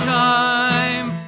time